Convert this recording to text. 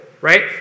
right